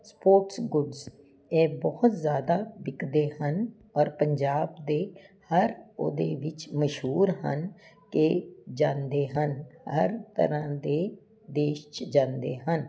sports goods ਇਹ ਬਹੁਤ ਜ਼ਿਆਦਾ ਵਿਕਦੇ ਹਨ ਔਰ ਪੰਜਾਬ ਦੇ ਹਰ ਉਹਦੇ ਵਿੱਚ ਮਸ਼ਹੂਰ ਹਨ ਕਿ ਜਾਂਦੇ ਹਨ ਹਰ ਤਰ੍ਹਾਂ ਦੇ ਦੇਸ਼ 'ਚ ਜਾਂਦੇ ਹਨ